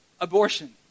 abortion